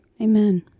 Amen